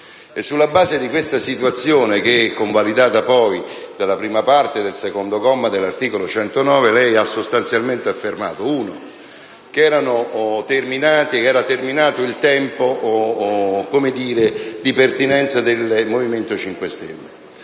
sulla base di questa situazione, convalidata poi dalla prima parte del comma 2 dell'articolo 109, lei ha sostanzialmente affermato che era terminato il tempo di pertinenza del Movimento 5 Stelle